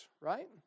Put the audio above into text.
right